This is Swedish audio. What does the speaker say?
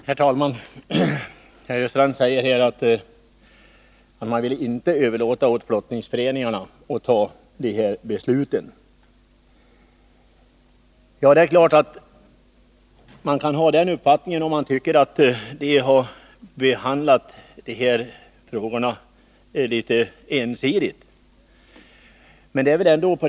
Herr talman! Herr Östrand säger att reservanterna inte vill överlåta åt flottningsföreningarna att fatta de här besluten. Det är klart att man kan ha den uppfattningen, om man tycker att flottningsföreningarna har behandlat dessa frågor litet ensidigt.